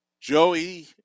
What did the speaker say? Joey